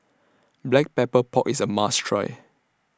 Black Pepper Pork IS A must Try